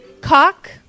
cock